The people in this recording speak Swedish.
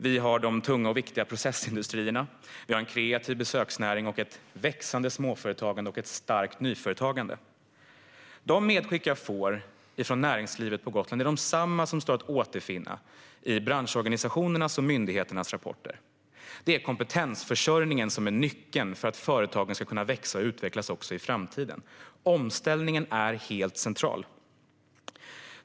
Vi har de tunga och viktiga processindustrierna, en kreativ besöksnäring, ett växande småföretagande och ett starkt nyföretagande. De medskick jag får från näringslivet på Gotland är desamma som återfinns i branschorganisationernas och myndigheternas rapporter. Det är kompetensförsörjningen som är nyckeln för att företagen ska kunna växa och utvecklas också i framtiden. Omställningen är helt central.